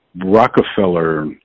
Rockefeller